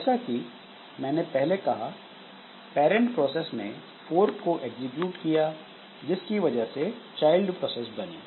जैसा कि मैंने पहले कहा पैरंट प्रोसेस ने फोर्क को एग्जीक्यूट किया जिसकी वजह से चाइल्ड प्रोसेस बनी